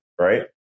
Right